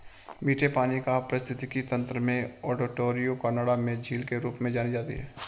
मीठे पानी का पारिस्थितिकी तंत्र में ओंटारियो कनाडा में झील के रूप में जानी जाती है